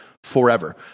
forever